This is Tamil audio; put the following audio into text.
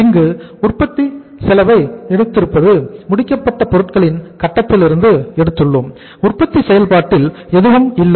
இங்கு உற்பத்தி செலவை எடுத்திருப்பது முடிக்கப்பட்ட பொருட்களின் கட்டத்திலிருந்து எடுத்துள்ளோம் உற்பத்தி செயல்பாட்டில் எதுவும் இல்லை